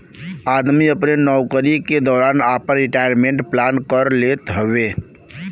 आदमी अपने नउकरी के दौरान आपन रिटायरमेंट प्लान कर लेत हउवे